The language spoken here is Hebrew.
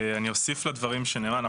אוסיף לדברים שנאמרו,